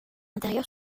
intérieur